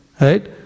Right